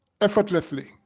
effortlessly